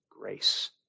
grace